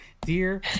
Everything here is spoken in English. Dear